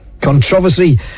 controversy